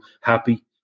happy